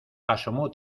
asomó